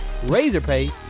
Razorpay